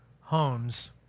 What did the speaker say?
homes